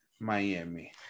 Miami